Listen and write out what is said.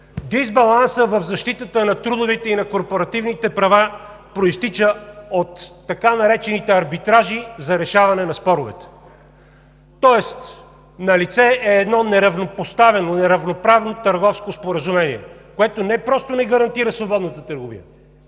дисбалансът в защитата на трудовите и на корпоративните права произтича от така наречените арбитражи за решаване на споровете. Тоест налице е едно неравнопоставено, неравноправно търговско споразумение, което не просто не гарантира свободната търговия,